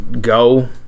go